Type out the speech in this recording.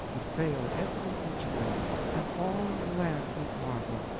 did fail every each of them and all in the land did marvel.